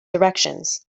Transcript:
directions